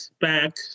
back